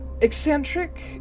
eccentric